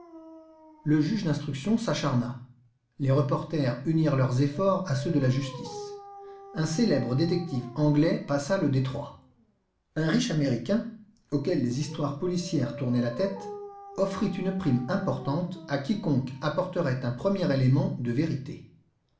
le juge d'instruction s'acharna les reporters unirent leurs efforts à ceux de la justice un célèbre détective anglais passa le détroit un riche américain auquel les histoires policières tournaient la tête offrit une prime importante à quiconque apporterait un premier élément de vérité